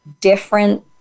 different